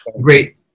Great